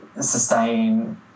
sustain